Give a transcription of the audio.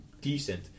decent